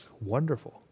wonderful